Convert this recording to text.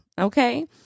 Okay